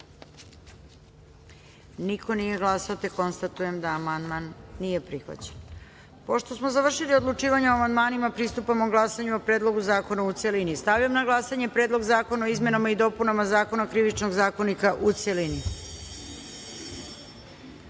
niko nije glasao. Konstatujem da amandman nije prihvaćen. Pošto smo završili odlučivanje o amandmanima, pristupamo glasanju o Predlogu zakona u celini. Stavljam na glasanje Predlog zakona o izmenama i dopunama Krivičnog zakonika u